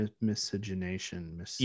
miscegenation